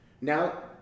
Now